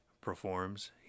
performs